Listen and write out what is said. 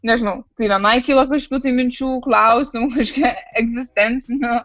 nežinau tai vienai kyla kažkokių tai minčių klausimų kažkokių egzistencinių